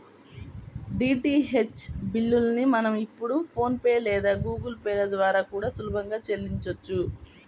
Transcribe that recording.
DTH బిల్లుల్ని మనం ఇప్పుడు ఫోన్ పే లేదా గుగుల్ పే ల ద్వారా కూడా సులభంగా చెల్లించొచ్చు